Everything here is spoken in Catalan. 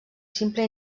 simple